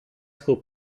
school